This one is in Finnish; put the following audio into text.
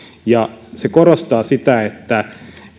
se korostaa sitä että